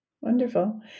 wonderful